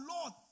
Lord